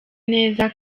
neza